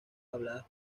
habladas